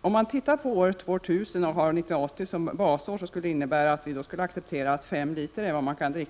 Om man har 1980 som basår skulle det innebära att man år 2000 skulle acceptera en alkoholkonsumtion av 5 liter sprit per person och år.